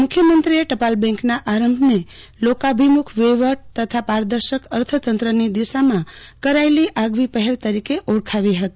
મુખ્યમંત્રીએ ટપાલ બેંકના આરંભને લોકાભિમુખ વહિવટ તથા પારદર્શક અર્થતંત્રની દિશામાં કરાયેલી આગવી પહેલ તરીકે ઓળખાવી હતી